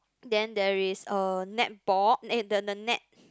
then there is a netball eh the the the net